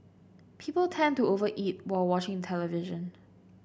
people tend to over eat while watching television